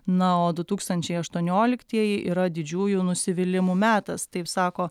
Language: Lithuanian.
na o du tūkstančiai aštuonioliktieji yra didžiųjų nusivylimų metas taip sako